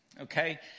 okay